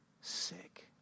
sick